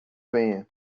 venha